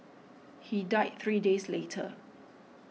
he died three days later